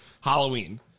Halloween